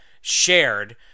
shared